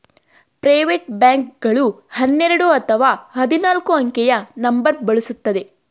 private bank ಗಳು ಹನ್ನೆರಡು ಅಥವಾ ಹದಿನಾಲ್ಕು ಅಂಕೆಯ ನಂಬರ್ ಬಳಸುತ್ತದೆ